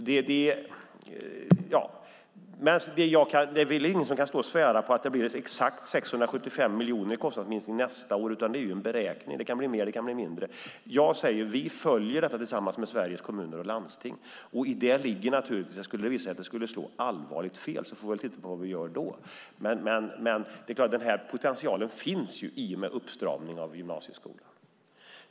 Det är väl ingen som kan stå och svära på att det blir exakt 675 miljoner i kostnadsminskning nästa år, utan det är en beräkning. Det kan bli mer, det kan bli mindre. Vi följer detta tillsammans med Sveriges Kommuner och Landsting. Skulle det visa sig att det skulle slå allvarligt fel får vi titta på vad vi ska göra då. Men den här potentialen finns i och med uppstramningen av gymnasieskolan.